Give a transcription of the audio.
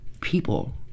people